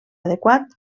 adequat